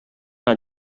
not